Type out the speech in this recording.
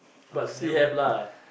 but see have lah